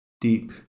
deep